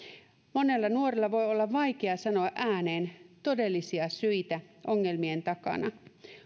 monella nuorella voi olla vaikea sanoa ääneen todellisia syitä ongelmien takana